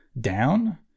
down